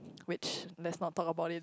which let's not talk about it